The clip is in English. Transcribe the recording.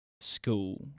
school